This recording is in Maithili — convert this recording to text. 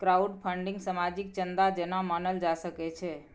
क्राउडफन्डिंग सामाजिक चन्दा जेना मानल जा सकै छै